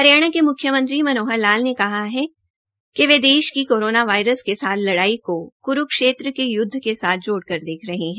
हरियाणा के मुख्यमंत्री श्री मनोहर लाल ने कहा है कि वे देश की कोरोना वायरस के साथ लड़ाई को कुरूक्षेत्र के युद्ध के साथ जोडकर देख रहे हैं